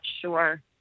sure